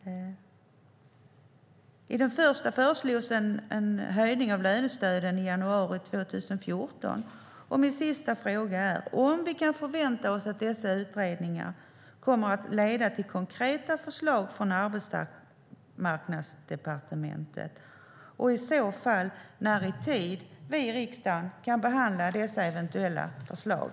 I den första föreslogs en höjning av lönestöden i januari 2014, och min sista fråga är om vi kan förvänta oss att dessa utredningar kommer att leda till konkreta förslag från Arbetsmarknadsdepartementet och i så fall när vi i riksdagen kan behandla dessa eventuella förslag.